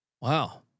Wow